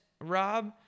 rob